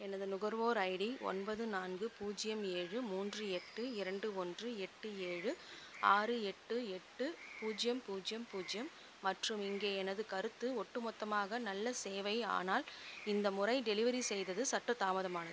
எனது நுகர்வோர் ஐடி ஒன்பது நான்கு பூஜ்யம் ஏழு மூன்று எட்டு இரண்டு ஒன்று எட்டு ஏழு ஆறு எட்டு எட்டு பூஜ்யம் பூஜ்யம் பூஜ்யம் மற்றும் இங்கே எனது கருத்து ஒட்டுமொத்தமாக நல்ல சேவை ஆனால் இந்த முறை டெலிவரி செய்தது சற்று தாமதமானது